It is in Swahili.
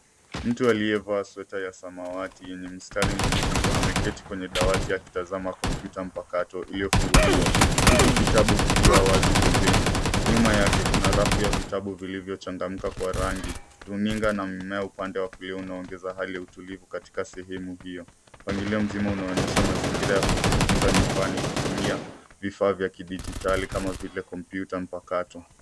Mtu aliyevaa sweta ya samawati yenye mstari mwekundu, ameketi kwenye dawati akitazama kompyuta mpakato iliyofunguliwa, huku kitabu kikiwa wazi pembeni. Nyuma yake kuna rafu ya vitabu vilivyochangamka kwa rangi. Runinga na mmea upande wa kulia unaongeza hali ya utulivu katika sehemu hiyo. Mpangilio mzima unaonyesha mazingira ya kujifunza nyumbani kutumia vifaa vya kidijitali kama vile kompyuta mpakato.